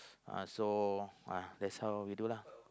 uh so uh that's how we do lah